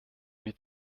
mir